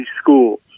schools